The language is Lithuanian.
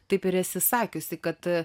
taip ir esi sakiusi kad